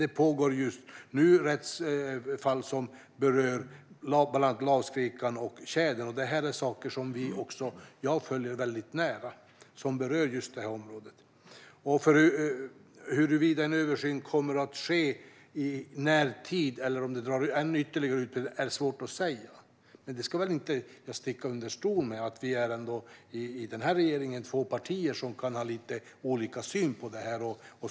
Det pågår just nu rättsfall som berör bland annat lavskrikan och tjädern. Det är saker som jag följer väldigt nära och som berör området. Huruvida en översyn kommer att ske i närtid eller om det drar ytterligare ut på tiden är svårt att säga. Jag ska inte sticka under stol med att det i regeringen är två partier som kan ha lite olika syn på detta.